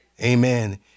Amen